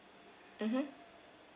mmhmm